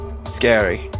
scary